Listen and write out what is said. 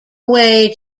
way